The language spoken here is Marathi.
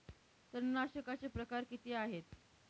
तणनाशकाचे प्रकार किती आहेत?